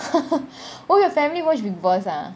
oh your family watch big boss ah